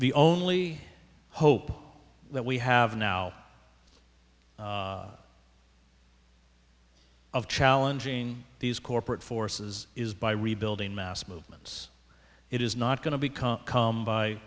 the only hope that we have now of challenging these corporate forces is by rebuilding mass movements it is not going to become